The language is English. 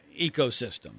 ecosystem